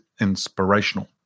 inspirational